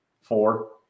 four